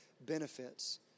benefits